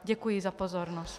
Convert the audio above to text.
Děkuji za pozornost.